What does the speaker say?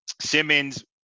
Simmons